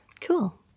Cool